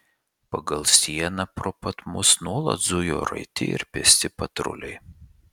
pagal sieną pro pat mus nuolat zujo raiti ir pėsti patruliai